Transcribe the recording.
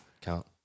count